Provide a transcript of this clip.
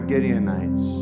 Gideonites